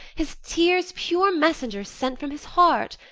his tears pure messengers sent from his heart,